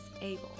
able